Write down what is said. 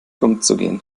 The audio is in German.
umzugehen